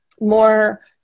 more